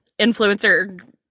influencer